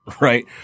Right